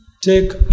Take